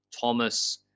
Thomas